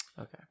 okay